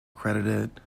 credited